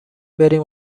بریم